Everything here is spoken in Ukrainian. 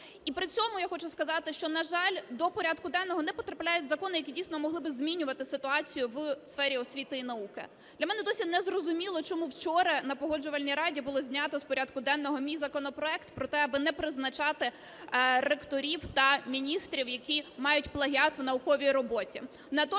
І при цьому я хочу сказати, що, на жаль, до порядку денного не потрапляють закони, які дійсно могли би змінювати ситуацію в сфері освіти і науки. Для мене досі незрозуміло, чому вчора на Погоджувальній раді було знято з порядку денного мій законопроект про те, аби не призначати ректорів та міністрів, які мають плагіат в науковій роботі.